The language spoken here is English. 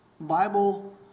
Bible